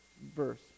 verse